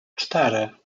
cztery